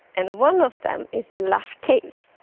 and one of them is the lush caves.